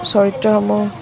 চৰিত্ৰসমূহ